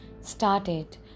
started